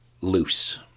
loose